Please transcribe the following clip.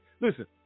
Listen